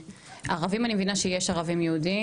ערבים אני מבינה שיש ערבים-יהודים.